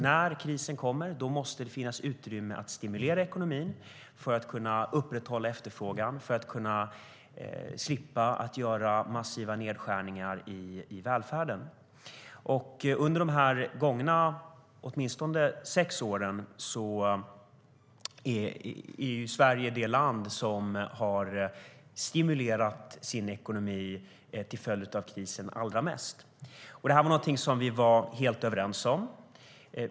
När krisen kommer måste det finnas utrymme att stimulera ekonomin för att kunna upprätthålla efterfrågan och för att kunna slippa göra massiva nedskärningar i välfärden. Under åtminstone de gångna sex åren är Sverige det land som har stimulerat sin ekonomi allra mest till följd av krisen. Detta var någonting som vi var helt överens om.